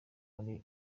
kuri